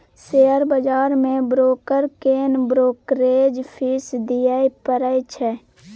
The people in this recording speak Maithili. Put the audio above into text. शेयर बजार मे ब्रोकर केँ ब्रोकरेज फीस दियै परै छै